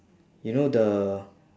you know the